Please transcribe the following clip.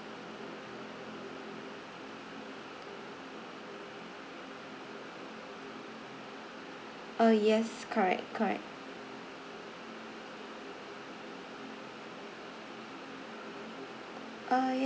ah yes correct correct uh